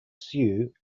sioux